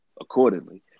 accordingly